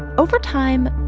over time,